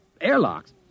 airlocks